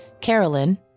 Carolyn